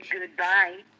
Goodbye